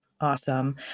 Awesome